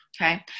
okay